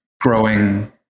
growing